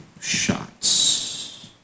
shots